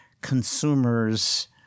consumers